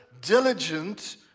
diligent